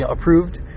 approved